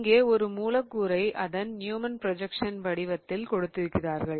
இங்கே ஒரு மூலக்கூறை அதன் நியூமன் ப்ரொஜக்ஸன் வடிவத்தில் கொடுத்திருக்கிறார்கள்